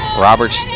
Roberts